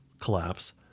collapse